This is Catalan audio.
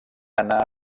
anar